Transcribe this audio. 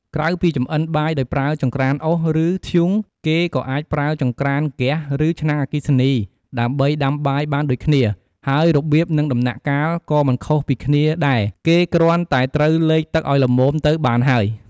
ក្រៅពីចម្អិនបាយដោយប្រើចង្រ្កានអុស ឬ ធ្យូង គេក៏អាចប្រើចង្រ្កានហ្គាស ឬ ឆ្នាំងអគ្គីសនី ដើម្បីដាំបាយបានដូចគ្នា ហើយរបៀប និងដំណាក់កាលក៏មិនខុសពីគ្នាដែរ គេគ្រាន់តែត្រូវលៃទឹកឱ្យល្មមទៅបានហើយ។